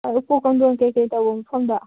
ꯎꯄꯨ ꯀꯥꯏꯊꯣꯜ ꯀꯩꯀꯩ ꯇꯧꯕ ꯃꯐꯝꯗꯣ